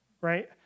right